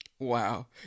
Wow